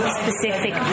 specific